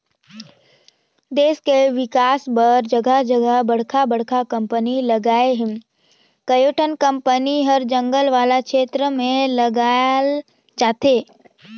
देस के बिकास बर जघा जघा बड़का बड़का कंपनी लगत हे, कयोठन कंपनी हर जंगल वाला छेत्र में लगाल जाथे